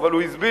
אבל הוא הסביר